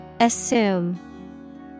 Assume